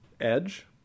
edge